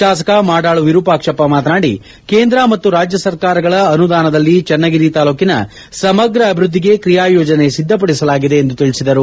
ತಾಸಕ ಮಾಡಾಳು ವಿರೂಪಾಕ್ಷಪ್ಪ ಮಾತನಾಡಿ ಕೇಂದ್ರ ಮತ್ತು ರಾದ್ಯ ಸರ್ಕಾರಗಳ ಅನುದಾನದಲ್ಲಿ ಚನ್ನಗಿರಿ ತಾಲ್ಲೂಕಿನ ಸಮಗ್ರ ಅಭಿವೃದ್ದಿಗೆ ಕ್ರಿಯಾ ಯೋಜನೆ ಸಿದ್ದಪಡಿಸಲಾಗಿದೆ ಎಂದು ತಿಳಿಸಿದರು